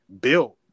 built